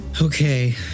Okay